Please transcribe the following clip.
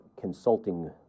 consulting